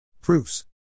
Proofs